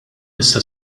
issa